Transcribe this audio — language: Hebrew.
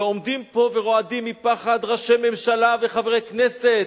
ועומדים פה ורועדים מפחד ראשי ממשלה וחברי כנסת,